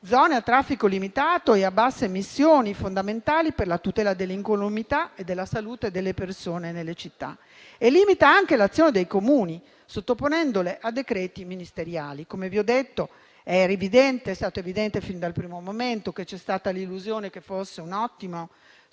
zone a traffico limitato e a basse emissioni, fondamentali per la tutela dell'incolumità e della salute delle persone nelle città. La riforma limita anche l'azione dei Comuni, sottoponendole a decreti ministeriali. Come ho detto, è stato evidente fin dal primo momento che c'è stata l'illusione che fosse un ottimo strumento